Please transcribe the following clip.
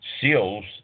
seals